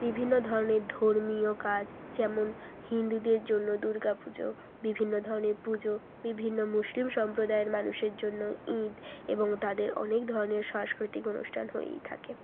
বিভিন্ন ধরনের ধর্মীয় কাজ যেমন হিন্দুদের জন্য দুর্গা পুজো বিভিন্ন ধরনের পুজো বিভিন্ন মুসলিম সম্প্রদায়ের মানুষের জন্য ঈদ এবং তাদের অনেক ধরনের সাংস্কৃতিক অনুষ্ঠান হয়েই থাকে